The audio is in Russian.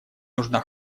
нужна